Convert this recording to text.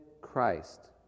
Christ